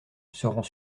seront